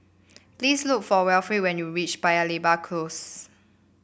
please look for Wilfrid when you reach Paya Lebar Close